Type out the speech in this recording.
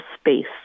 space